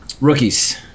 Rookies